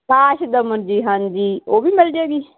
ਕਾਸ਼ ਦਮਨ ਜੀ ਹਾਂਜੀ ਉਹ ਵੀ ਮਿਲ ਜਾਵੇਗੀ